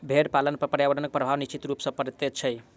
भेंड़ पालन पर पर्यावरणक प्रभाव निश्चित रूप सॅ पड़ैत छै